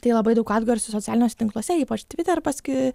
tai labai daug atgarsių socialiniuose tinkluose ypač twitter pasky